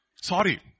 Sorry